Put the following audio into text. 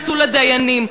נטול הדיינים,